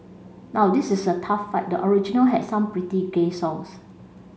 now this is a tough fight the original had some pretty gay songs